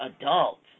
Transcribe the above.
adults